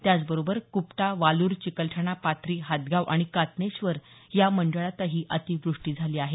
त्याचबरोबर कुपटा वालूर चिकलठाणा पाथरी हादगाव आणि कातनेश्वर या मंडळांतही अतिवृष्टी झाली आहे